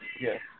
Yes